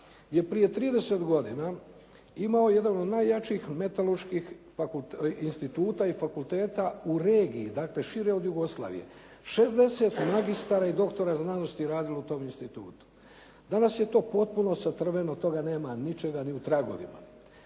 je prije godina imao jedan od najjačih metalurških instituta i fakulteta u regiji, dakle šire od Jugoslavije. 60 magistara i doktora znanosti je radilo u tom institutu. Danas je to potpuno satrveno, od toga nema ničega ni u tragovima.